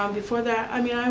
um before that, i mean,